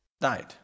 died